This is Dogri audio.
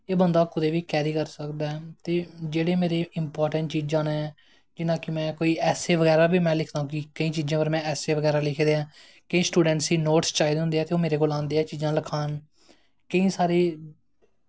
एह् बंदा कुदै बी कैरी करी सकदा ऐ ते जेह्ड़ी मेरी इंपार्टैंट चीजां न जि'यां कि में कोई ऐस्से बगैरा बी लिखदा आं केईं चीजें पर में ऐस्से बगैरा बी लिखे दे ऐं किश स्टुडैंटस गी नोटस चाहिदे होंदे ऐं ते ओह् मेरे कोल आंदे ऐं चीजां लखान केईं सारे